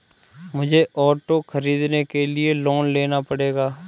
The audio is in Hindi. मुझे ऑटो खरीदने के लिए लोन लेना पड़ेगा